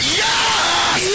yes